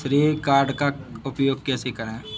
श्रेय कार्ड का उपयोग कैसे करें?